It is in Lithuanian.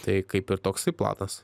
tai kaip ir toksai planas